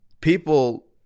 people